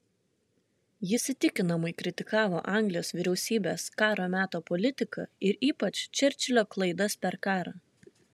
jis įtikinamai kritikavo anglijos vyriausybės karo meto politiką ir ypač čerčilio klaidas per karą